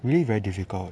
really very difficult